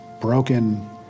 broken